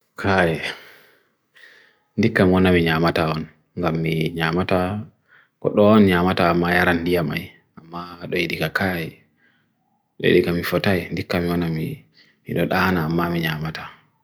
kai dika mwana mwi nyamata on nga mwi nyamata kodwa on nyamata maya randia mai nga mwa dwe dika kai dwe dika mwi fortai dika mwana mwi inod ana mma mwi nyamata